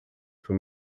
for